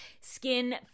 skin